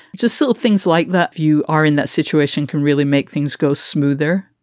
just silly things like that. you are in that situation can really make things go smoother.